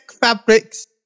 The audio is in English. Fabrics